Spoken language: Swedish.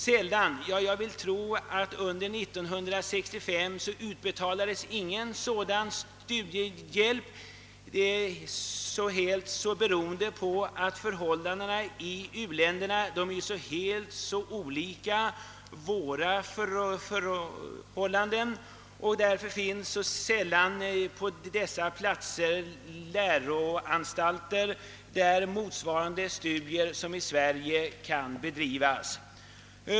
Men det utbetalas sällan någon sådan studiehjälp — jag skulle tro att det inte alls skedde under 1965 — beroende på att förhållandena i u-länderna är så helt olika våra förhållanden och att där knappast finns några läroanstalter vid vilka man kan bedriva motsvarande studier som i Sverige.